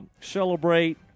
celebrate